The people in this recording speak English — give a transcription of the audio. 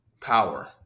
power